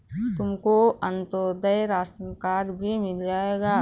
तुमको Antyodaya ration card भी मिल जाएगा